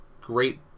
Great